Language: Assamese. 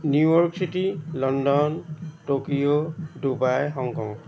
New York city London Tokyo Dubai Hong Kong